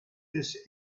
this